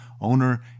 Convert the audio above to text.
owner